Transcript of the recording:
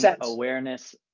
awareness